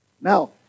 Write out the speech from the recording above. Now